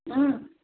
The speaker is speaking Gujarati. હમ